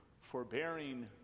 forbearing